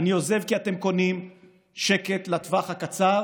אני עוזב, כי אתם קונים שקט לטווח הקצר